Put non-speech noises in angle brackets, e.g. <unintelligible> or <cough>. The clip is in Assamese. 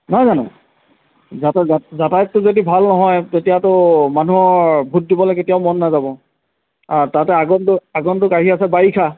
নহয় জানো <unintelligible> যাতায়তটো যদি ভাল নহয় তেতিয়াতো মানুহৰ ভোট দিবলে কেতিয়াও মন নাযাব তাতে আগন্তুক আগন্তুক আহি আছে বাৰিষা